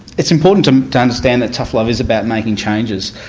it's important to um to understand that tough love is about making changes.